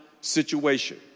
situation